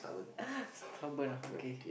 stubborn ah okay